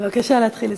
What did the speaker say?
בבקשה להתחיל לסיים.